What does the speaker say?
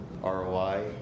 ROI